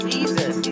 Jesus